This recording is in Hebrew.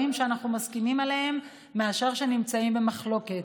שאנחנו מסכימים עליהם מאשר שנמצאים במחלוקת.